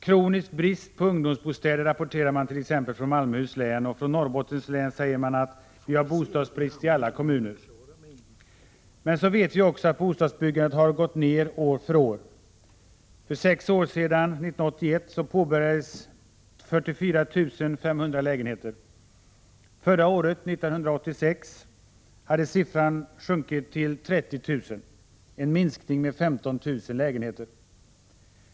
”Kronisk brist på ungdomsbostäder”, rapporterar man t.ex. från Malmöhus län, och från Norrbottens län säger man: ”Vi har bostadsbrist i alla kommuner.” Men så vet vi också att bostadsbyggandet har gått ner år för år. För sex år sedan, 1981, påbörjades 44 500 lägenheter. Förra året, 1986, hade siffran sjunkit till 30 000, en minskning med 15 000 lägenheter.